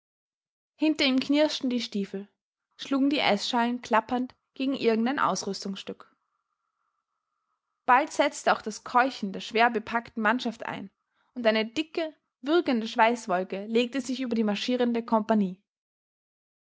hinter ihm knirschten die stiefel schlugen die eßschalen klappernd gegen irgend ein ausrüstungsstück bald setzte auch das keuchen der schwerbepackten mannschaft ein und eine dicke würgende schweißwolke legte sich über die marschierende kompagnie